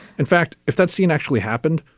in fact, if that scene actually happened,